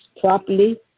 properly